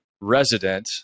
Resident